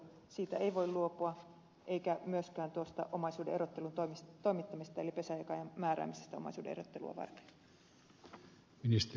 siitä ei voi luopua eikä myöskään tuosta omaisuuden erottelun toimittamisesta eli pesänjakajan määräämisestä omaisuuden erottelua varten